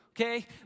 okay